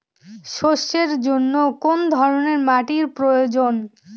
সরষের জন্য কোন ধরনের মাটির প্রয়োজন?